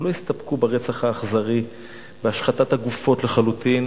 הם לא הסתפקו ברצח האכזרי ובהשחתת הגופות לחלוטין,